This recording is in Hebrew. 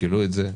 תשקלו את זה.